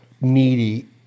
needy